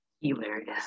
Hilarious